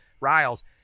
riles